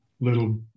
little